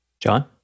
John